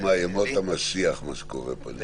תשמע, ימות המשיח מה שקורה פה...